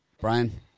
Brian